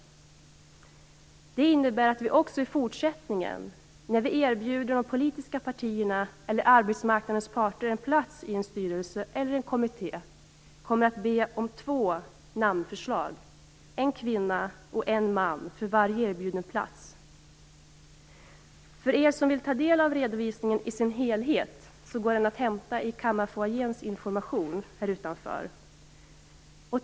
Det innebär att vi också i fortsättningen, när vi erbjuder de politiska partierna eller arbetsmarknadens parter en plats i en styrelse eller en kommitté, kommer att be om två namnförslag, en kvinna och en man, för varje erbjuden plats. För er som vill ta del av redovisningen i sin helhet finns den att hämta i kammarfoajéns information här utanför.